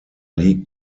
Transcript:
liegt